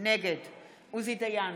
נגד עוזי דיין,